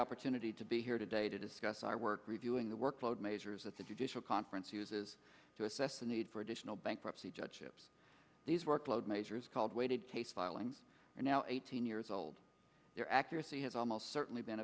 opportunity to be here today to discuss our work reviewing the workload majors at the judicial conference uses to assess the need for additional bankruptcy judges these workload majors called weighted case filings are now eighteen years old their accuracy has almost certainly been